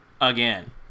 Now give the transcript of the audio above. again